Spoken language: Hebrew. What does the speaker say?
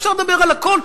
אפשר לדבר על הכול,